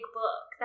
book